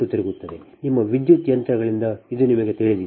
ನಿಮ್ಮ ವಿದ್ಯುತ್ ಯಂತ್ರಗಳಿಂದ ಇದು ನಿಮಗೆ ತಿಳಿದಿದೆ